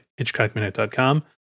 hitchcockminute.com